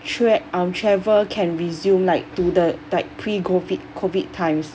tra~ um travel can resume like to the like pre-COVID COVID times